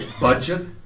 budget